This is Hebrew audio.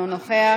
אינו נוכח,